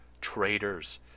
traitors